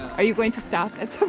are you going to stop at some